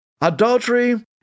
adultery